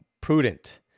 prudent